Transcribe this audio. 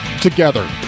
Together